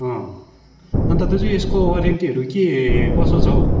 अँ अन्त दाजु यसको वारेन्टीहरू के कसो छ हौ